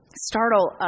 Startle